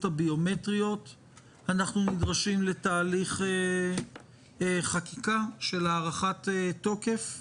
הביומטריות אנחנו נדרשים לתהליך חקיקה של הארכת תוקף.